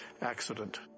accident